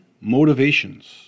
Motivations